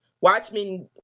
Watchmen